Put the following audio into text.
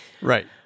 Right